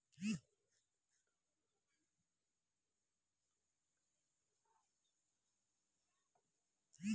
बौआ सँ पुछू त हुनक कम्युटर चल पूंजी छै आकि अचल पूंजी